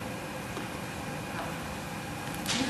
הנושא בסדר-היום של הכנסת